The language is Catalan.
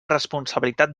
responsabilitat